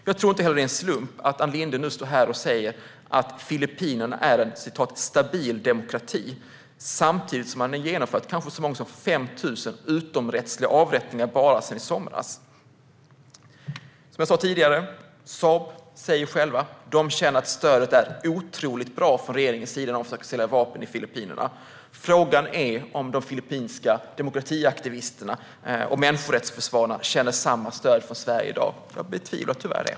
Jag tror inte heller att det är en slump att Ann Linde nu står här och säger att Filippinerna är en "stabil demokrati" samtidigt som man har genomfört så många som kanske 5 000 utomrättsliga avrättningar bara sedan i somras. Som jag sa tidigare: Saab säger själva att de känner att stödet är otroligt bra från regeringens sida när de försöker sälja vapen i Filippinerna. Frågan är om de filippinska demokratiaktivisterna och människorättsförsvararna känner samma stöd från Sverige i dag. Jag betvivlar tyvärr det.